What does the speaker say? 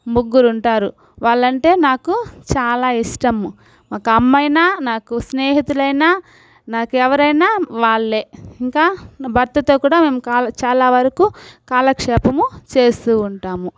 ముగ్గురుంటారు వాళ్లంటే నాకు చాలా ఇష్టము ఒక అమ్మయినా నాకు స్నేహితులైన నాకెవరైనా వాళ్ళే ఇంకా నా భర్తతో కూడా మేము క చాలా వరకు కాలక్షేపము చేస్తూ ఉంటాము